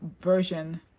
version